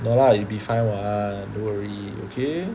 no lah it'll be fine [one] don't worry okay